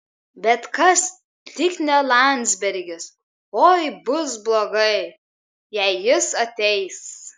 bet kas tik ne landsbergis oi bus blogai jei jis ateis